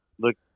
Look